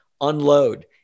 unload